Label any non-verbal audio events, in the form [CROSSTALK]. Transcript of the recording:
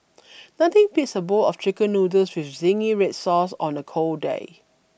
[NOISE] nothing beats a bowl of Chicken Noodles with zingy red sauce on a cold day